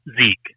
Zeke